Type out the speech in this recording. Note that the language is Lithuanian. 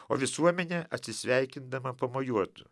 o visuomenė atsisveikindama pamojuotų